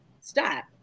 stop